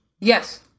Yes